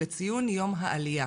לציון יום העלייה.